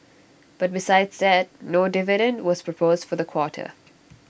but besides that no dividend was proposed for the quarter